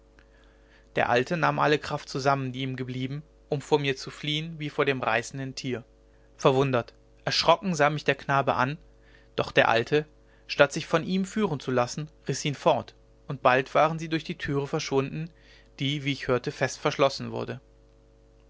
der alte nahm alle kraft zusammen die ihm geblieben um vor mir zu fliehen wie vor dem reißenden tier verwundert erschrocken sah mich der knabe an doch der alte statt sich von ihm führen zu lassen riß ihn fort und bald waren sie durch die türe verschwunden die wie ich hörte fest verschlossen wurde